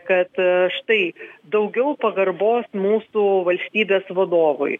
kad štai daugiau pagarbos mūsų valstybės vadovui